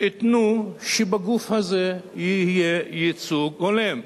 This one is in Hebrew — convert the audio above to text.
שייתנו שבגוף הזה יהיה ייצוג הולם.